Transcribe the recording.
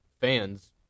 fans